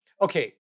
Okay